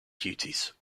duties